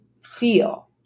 feel